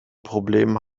problemen